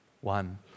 one